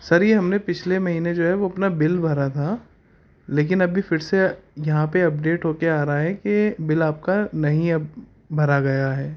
سر یہ ہم نے پچھلے مہینے جو ہے وہ اپنا بل بھرا تھا لیکن ابھی پھر سے یہاں پہ اپڈیٹ ہو کے آ رہا ہے کہ بل آپ کا نہیں اب بھرا گیا ہے